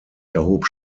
erhob